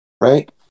right